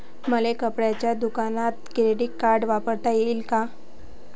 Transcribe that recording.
मले कपड्याच्या दुकानात क्रेडिट कार्ड वापरता येईन का?